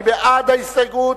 מי בעד ההסתייגות?